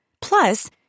Plus